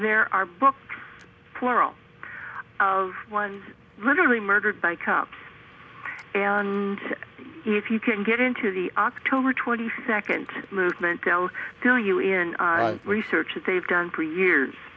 there are books plural of one literally murdered by cups and if you can get into the october twenty second movement dealt to you in research that they've done for years